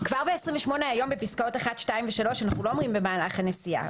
כבר ב-28 בפסקאות (1) (2) ו-(3) אנחנו לא אומרים במהלך הנסיעה.